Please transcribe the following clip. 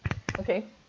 okay